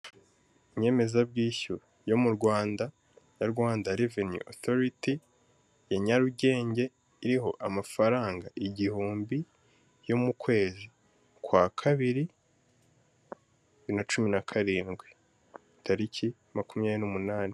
Inyemezabwishyu yo mu Rwanda ya Rwanda reveni otoriti ya Nyarugenge, iriho amafaranga igihumbi yo mu kwezi kw Kabiri bibiri na cumi na karindwi; tariki makumyabiri n'umunani.